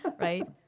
right